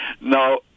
Now